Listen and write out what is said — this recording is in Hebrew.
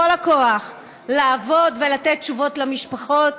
אנו ממשיכים בכל הכוח לעבוד ולתת תשובות למשפחות,